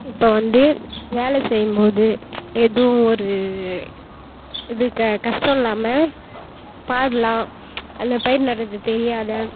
இப்போ வந்து வேலை செய்யும்போது எதுவும் ஒரு இது க கஷ்டம் இல்லாமல் பாடலாம் அந்த பயிர் நடுவது தெரியாத